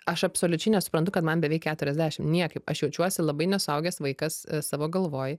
aš absoliučiai nesuprantu kad man beveik keturiasdešim niekaip aš jaučiuosi labai ne suaugęs vaikas savo galvoj